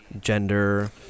gender